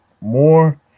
more